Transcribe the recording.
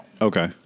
Okay